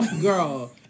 girl